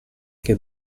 che